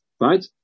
Right